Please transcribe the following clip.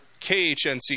KHNC